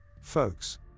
folks